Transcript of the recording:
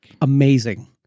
amazing